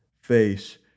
face